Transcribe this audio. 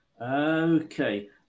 okay